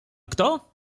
kto